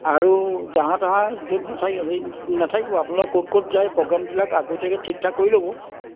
আৰু যাহা তাহা য'ত নাথাকে হেৰিত নাথাকিব আপোনালোকে ক'ত ক'ত যায় প্ৰগ্ৰামবিলাক আগতীয়াকৈ ঠিকঠাক কৰি ল'ব